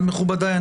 אבל מכובדיי,